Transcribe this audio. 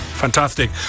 Fantastic